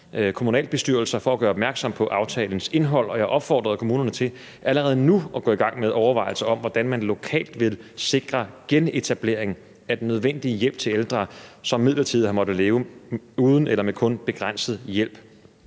kommunalbestyrelser for at gøre opmærksom på aftalens indhold, og jeg opfordrede kommunerne til allerede nu at gå i gang med overvejelser om, hvordan man lokalt vil sikre genetablering af den nødvendige hjælp til ældre, som midlertidigt har måttet leve uden eller med kun begrænset hjælp.